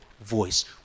voice